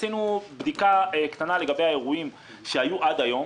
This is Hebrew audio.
עשינו בדיקה קטנה לגבי האירועים שהיו עד היום.